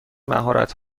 مهارت